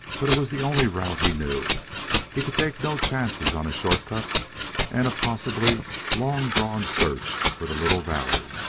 but it was the only route he knew he could take no chances on a short-cut and a possible long-drawn search for the little valley.